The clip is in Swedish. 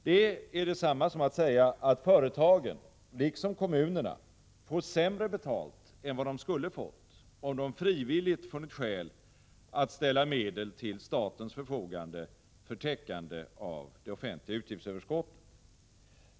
Det är detsamma som att säga att företagen — liksom kommunerna — får sämre betalt än vad de skulle ha fått om de frivilligt hade funnit skäl att ställa medel till statens förfogande för täckande av det offentliga utgiftsöverskottet.